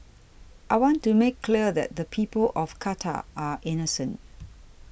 I want to make clear that the people of Qatar are innocent